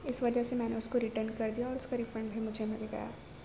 اس وجہ سے میں نے اس کو رٹرن کر دیا اور اس کا ریفنڈ بھی مجھے مل گیا